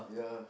yeah